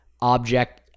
object